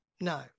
no